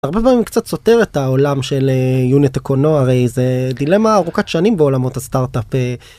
הרבה פעמים קצת סותר את העולם של UNIT ECONO, הרי זה דילמה ארוכת שנים בעולמות הסטארטאפ.